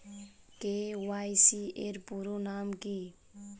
KYC এর পুরোনাম কী?